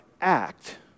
act